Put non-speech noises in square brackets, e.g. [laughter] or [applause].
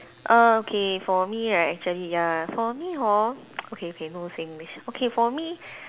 err okay for me right actually ya for me hor [noise] okay okay no Singlish okay for me